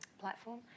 platform